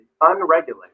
unregulated